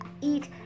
eat